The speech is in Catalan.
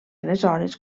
aleshores